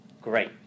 great